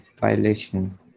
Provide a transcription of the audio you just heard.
violation